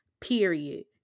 period